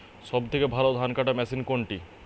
সবথেকে ভালো ধানকাটা মেশিন কোনটি?